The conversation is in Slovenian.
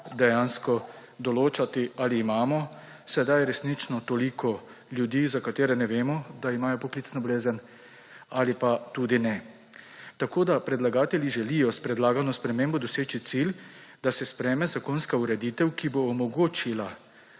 dejansko določati, ali imamo sedaj resnično toliko ljudi, za katere ne vemo, da imajo poklicno bolezen, ali pa tudi ne. Predlagatelji želijo s predlagano spremembo doseči cilj, da se sprejme zakonska ureditev, ki bo omogočila